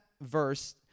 verse